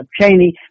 Cheney